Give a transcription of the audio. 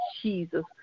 Jesus